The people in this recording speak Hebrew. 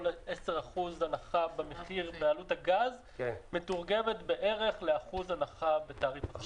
כל 10% הנחה במחיר בעלות הגז מתורגמת בערך ל-1% הנחה בתעריף החשמל.